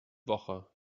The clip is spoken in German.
woche